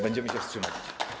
Będziemy się wstrzymywać.